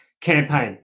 campaign